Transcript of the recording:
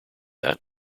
that